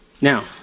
Now